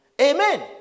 Amen